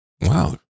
wow